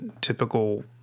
typical